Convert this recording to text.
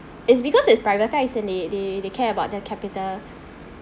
is because it's privatized and they they they care about their capital